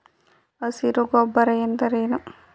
ಹಸಿರು ಗೊಬ್ಬರ ಎಂದರೇನು?